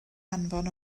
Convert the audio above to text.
anfon